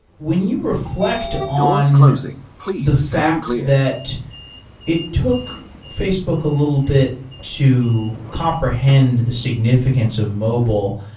when you reflect on the fact that it took facebook a little bit to comprehend the significance of mobile,